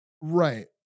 Right